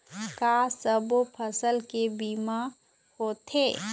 का सब्बो फसल के बीमा होथे?